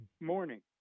morning